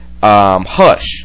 Hush